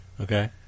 Okay